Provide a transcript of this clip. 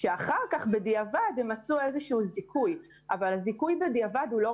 אחר כך בדיעבד הם עשו זיכוי אבל הפגיעה